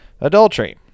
adultery